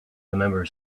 remember